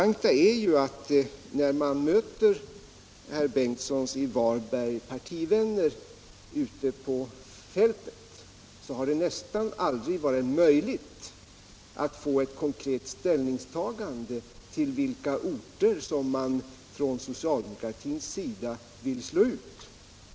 När man mött herr Bengtssons partivänner ute på fältet har det nästan aldrig varit möjligt att få ett konkret ställningstagande till vilka orter som socialdemokratin vill slå ut.